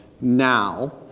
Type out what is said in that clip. now